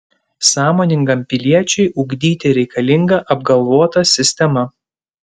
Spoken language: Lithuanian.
sąmoningam piliečiui ugdyti reikalinga apgalvota sistema